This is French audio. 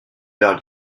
vers